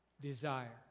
desire